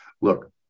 look